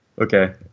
Okay